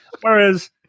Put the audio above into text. Whereas